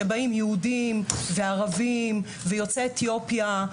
כשבאים יהודים וערבים ויוצאי אתיופיה,